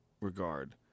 regard